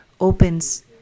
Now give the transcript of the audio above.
opens